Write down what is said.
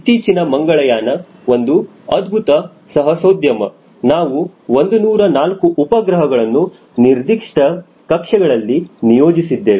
ಇತ್ತೀಚಿನ ಮಂಗಳಯಾನ ಒಂದು ಅದ್ಭುತ ಸಾಹಸೋದ್ಯಮ ನಾವು 104 ಉಪಗ್ರಹಗಳನ್ನು ನಿರ್ದಿಷ್ಟ ಕಕ್ಷೆಗಳಲ್ಲಿ ನಿಯೋಜಿಸಿದ್ದೇವೆ